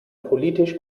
politisch